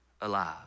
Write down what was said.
alive